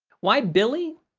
why billy?